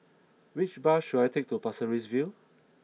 which bus should I take to Pasir Ris View